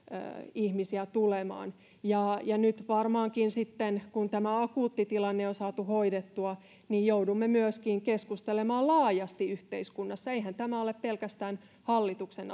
ihmisiä tulemaan nyt varmaankin sitten kun tämä akuuttitilanne on saatu hoidettua joudumme myöskin keskustelemaan laajasti yhteiskunnassa eihän tämä ole pelkästään hallituksen